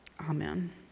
Amen